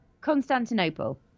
Constantinople